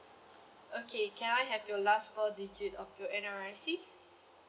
okay can I have your last four digit of your N_R_I_C